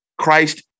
Christ